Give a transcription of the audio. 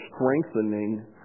strengthening